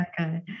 Okay